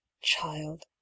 child